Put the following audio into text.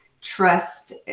trust